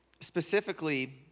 Specifically